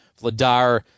vladar